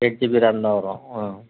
eight GB RAM தான் வரும் ஆ